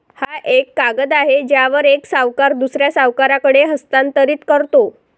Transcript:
हा एक कागद आहे ज्यावर एक सावकार दुसऱ्या सावकाराकडे हस्तांतरित करतो